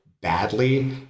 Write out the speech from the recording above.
badly